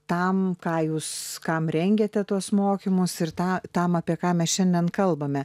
tam ką jūs kam rengiate tuos mokymus ir tą tam apie ką mes šiandien kalbame